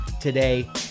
today